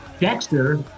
Dexter